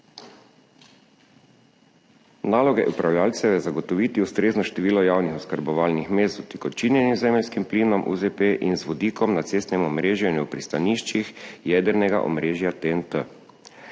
Naloga upravljavcev je zagotoviti ustrezno število javnih oskrbovalnih mest z utekočinjenim zemeljskim plinom UZP in z vodikom na cestnem omrežju in v pristaniščih jedrnega omrežja TNT.